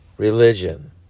Religion